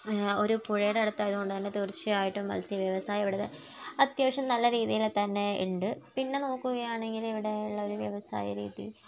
ഒരു പുഴയുടെ അടുത്തായത് കൊണ്ട് തന്നെ തീർച്ചയായിട്ടും മത്സ്യം വ്യവസായം ഇവിടെ അത്യാവശ്യം നല്ല രീതിയിൽ തന്നെയുണ്ട് പിന്നെ നോക്കുകയാണെങ്കിൽ ഇവിടെ ഉള്ള ഒരു വ്യവസായ രീതി